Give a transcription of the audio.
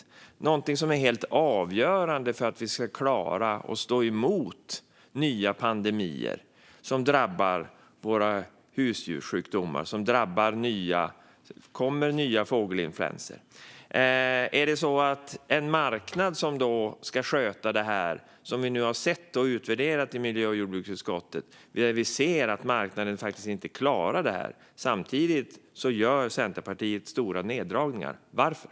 Det är någonting som är helt avgörande för att vi ska klara att stå emot nya pandemier och sjukdomar som drabbar våra husdjur. Det kommer nya fågelinfluensor. Är det en marknad som ska sköta det här? Vi har utvärderat detta i miljö och jordbruksutskottet och sett att marknaden faktiskt inte klarar det. Samtidigt gör Centerpartiet stora neddragningar. Varför?